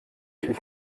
ich